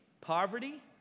Poverty